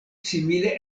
simile